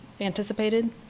anticipated